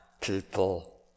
people